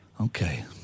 Okay